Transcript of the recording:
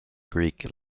greek